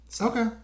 Okay